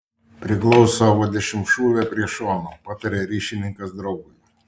priglausk savo dešimtšūvę prie šono pataria ryšininkas draugui